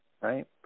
right